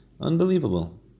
Unbelievable